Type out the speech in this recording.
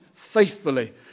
faithfully